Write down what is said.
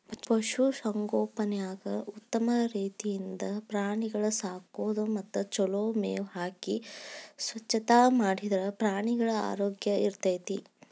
ಪಶು ಸಂಗೋಪನ್ಯಾಗ ಉತ್ತಮ ರೇತಿಯಿಂದ ಪ್ರಾಣಿಗಳ ಸಾಕೋದು ಮತ್ತ ಚೊಲೋ ಮೇವ್ ಹಾಕಿ ಸ್ವಚ್ಛತಾ ಮಾಡಿದ್ರ ಪ್ರಾಣಿಗಳ ಆರೋಗ್ಯ ಸರಿಇರ್ತೇತಿ